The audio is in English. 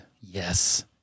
Yes